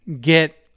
get